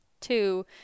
two